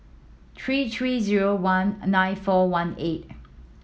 three three zero one nine four one eight